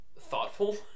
thoughtful